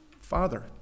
father